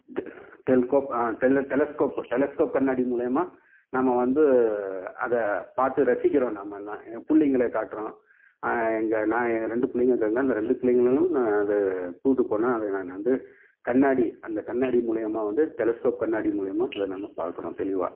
தென் கோப் டெல்ல telescope telescope கண்ணாடி மூலயுமா நாம் வந்து அதை பார்த்து ரசிக்கிறோம் நம்மல்லாம் என் புள்ளைங்களே காட்டுறோம் எங்கள் நான் எங்கள் ரெண்டு புள்ளைங்க இருக்காங்க அந்த ரெண்டு புள்ளைங்களைளும் நான் அதை கூப்பிட்டு போனேன் அதை நான் அந்தக் கண்ணாடி அந்தக் கண்ணாடி மூலயுமா வந்து டெலஸ்க்கோப் கண்ணாடி மூலயுமா அதை நாம் பார்க்கறோம் தெளிவாக